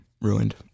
ruined